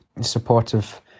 supportive